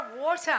water